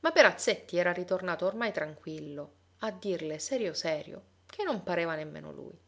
ma perazzetti era ritornato ormai tranquillo a dirle serio serio che non pareva nemmeno lui